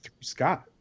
Scott